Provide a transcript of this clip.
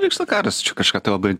vyksta karas čia kažką tai labai